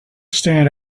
stand